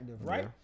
right